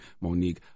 Monique